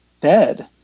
dead